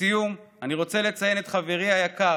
לסיום אני רוצה לציין את חברי היקר,